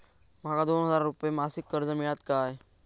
माका दोन हजार रुपये मासिक कर्ज मिळात काय?